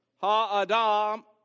Ha-adam